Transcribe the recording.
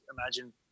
imagine